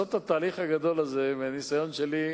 לעשות את התהליך הגדול הזה, מהניסיון שלי,